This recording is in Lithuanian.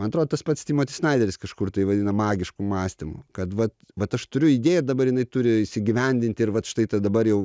man atrodo tas pats timotis snaideris kažkur tai vadina magišku mąstymu kad vat vat aš turiu idėją dabar jinai turi įsigyvendinti ir vat štai tai dabar jau